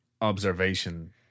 observation